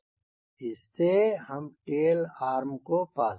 इस से हम टेल आर्म पा सकते हैं